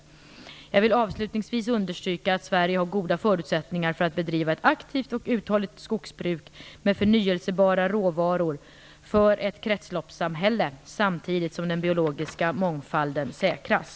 Jag vill avslutningsvis understryka att Sverige har goda förutsättningar för att bedriva ett aktivt och uthålligt skogsbruk med förnyelsebara råvaror för ett kretsloppssamhälle samtidigt som den biologiska mångfalden säkras.